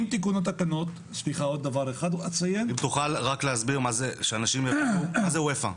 כדי שאנשים יבינו, תוכל להסביר מה זה אופ"א?